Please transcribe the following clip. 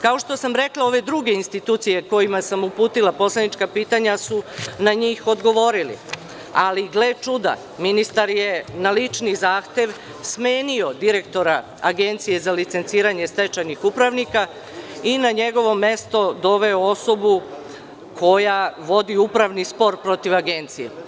Kao što sam rekla, ove druge institucije kojima sam uputila poslanička pitanja su na njih odgovorili, ali gle čuda, ministar je na lični zahtev smenio direktora Agencije za licenciranje stečajnih upravnika i na njegovo mesto doveo osobu koja vodi upravni spor protiv Agencije.